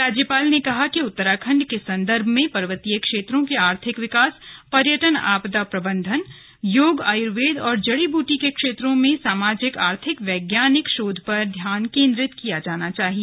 राज्यपाल ने कहा कि उत्तराखण्ड के संदर्भ में पर्वतीय क्षेत्रों के आर्थिक विकास पयर्टन आपदा प्रबंधन योग आयुर्वेद और जड़ी बूटी के क्षेत्रों में सामाजिक आर्थिक वैज्ञानिक शोध पर ध्यान केन्द्रित किया जाना चाहिए